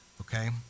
okay